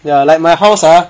ya like my house ah